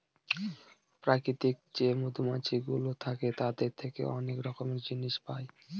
প্রাকৃতিক যে মধুমাছিগুলো থাকে তাদের থেকে অনেক রকমের জিনিস পায়